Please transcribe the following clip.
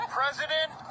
president